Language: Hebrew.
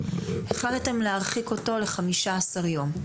החלטתם להרחיק אותו לחמישה עשר יום.